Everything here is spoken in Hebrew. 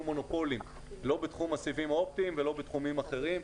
מונופולים לא בתחום הסיבים האופטיים ולא בתחומים אחרים.